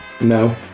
no